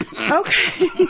okay